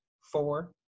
four